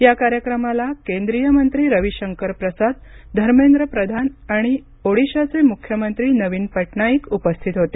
या कार्यक्रमाला केंद्रीय मंत्री रवी शंकर प्रसाद धर्मेंद्र प्रधान आणि ओडिशाचे मुख्यमंत्री नवीन पटनाईक उपस्थित होते